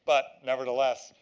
but nevertheless,